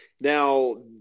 Now